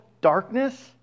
darkness